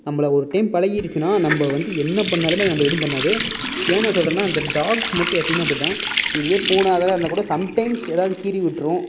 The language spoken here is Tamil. நம்பளை ஒரு டைம் பழகிடுச்சுனா நம்ப வந்து என்ன பண்ணினாலுமே அது நம்பளை ஏதும் பண்ணாது ஏன் நான் சொல்கிறேன்னா அந்த டாக்ஸ் மட்டும் எப்போயுமே அப்படிதான் இதுவே பூனை அதெல்லாம் இருந்தால் கூட சம்டைம்ஸ் ஏதாவது கீறி விட்ரும்